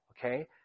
okay